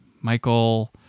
Michael